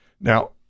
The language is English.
Now